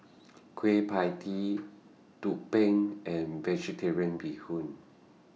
Kueh PIE Tee Tumpeng and Vegetarian Bee Hoon